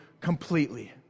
completely